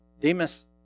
Demas